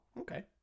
okay